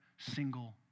single